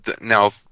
now